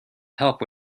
help